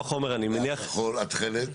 והתכלת?